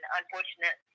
unfortunate